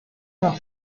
nos